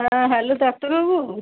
হ্যাঁ হ্যালো ডাক্তারবাবু